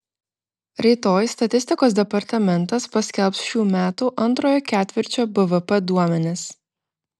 rytoj statistikos departamentas paskelbs šių metų antrojo ketvirčio bvp duomenis